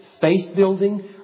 faith-building